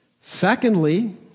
Secondly